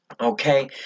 okay